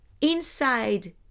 Inside